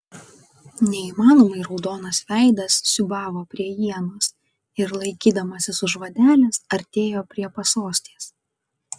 neįmanomai raudonas veidas siūbavo prie ienos ir laikydamasis už vadelės artėjo prie pasostės